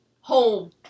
home